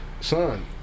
son